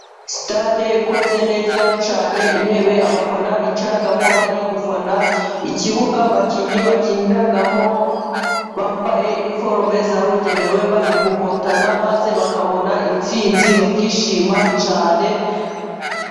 Sitade ikoze neza cyane, intebe abafana bicaramo bari gufana, ikibuga abakinnyi bakiniramo bambaye iniforume zabugenewe bari gukotana, maze bakabona intsinzi bakishima cyane.